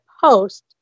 post